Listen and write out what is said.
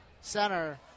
center